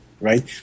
right